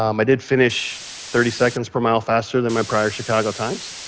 um i did finish thirty seconds per mile faster than my prior chicago times